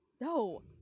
No